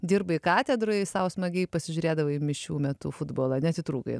dirbai katedroj sau smagiai pasižiūrėdavai mišių metu futbolą neatitrūkai